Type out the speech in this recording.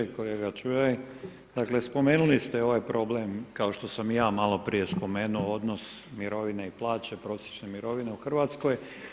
Kolega Čuraj, dakle spomenuli ste ovaj problem kao što sam i ja maloprije spomenuo, odnos mirovine i plaće, prosječne mirovine u Hrvatskoj.